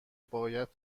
باید